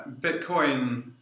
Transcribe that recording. Bitcoin